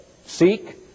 seek